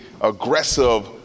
aggressive